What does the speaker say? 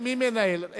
מי מנהל?